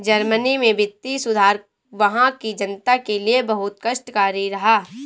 Germany में वित्तीय सुधार वहां की जनता के लिए बहुत कष्टकारी रहा